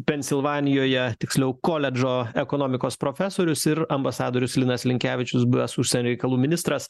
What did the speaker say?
pensilvanijoje tiksliau koledžo ekonomikos profesorius ir ambasadorius linas linkevičius buvęs užsienio reikalų ministras